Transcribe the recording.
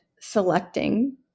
selecting